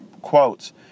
quotes